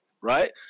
right